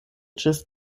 ĝis